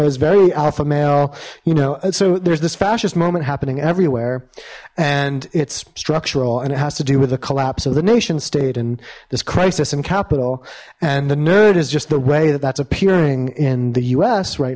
is very alpha male you know so there's this fascist moment happening everywhere and it's structural and it has to do with a collapse of the nation state and this crisis in capital and the nerd is just the way that that's appearing in the u s right